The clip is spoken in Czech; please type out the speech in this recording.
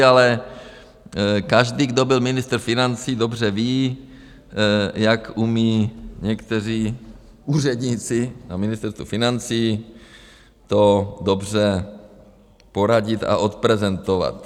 Ale každý, kdo byl ministr financí, dobře ví, jak umí někteří úředníci na Ministerstvu financí dobře poradit a odprezentovat.